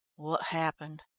what happened?